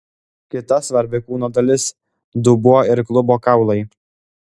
kita svarbi kūno dalis dubuo ir klubo kaulai